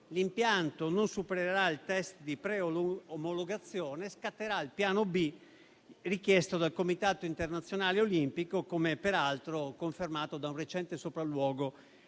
l'impianto non supererà il test di preomologazione, scatterà il piano B richiesto dal Comitato internazionale olimpico, come peraltro confermato da un recente sopralluogo